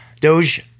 Doge